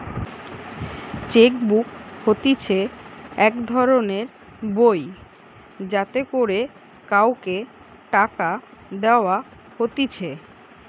check book হতিছে এক ধরণের বই যাতে করে কাওকে টাকা দেওয়া হতিছে